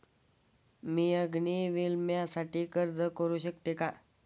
मी अग्नी विम्यासाठी अर्ज करू शकते का?